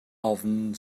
ofn